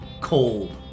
cold